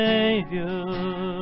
Savior